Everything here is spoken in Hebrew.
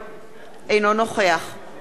אינו נוכח רוברט אילטוב,